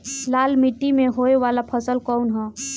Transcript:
लाल मीट्टी में होए वाला फसल कउन ह?